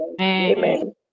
Amen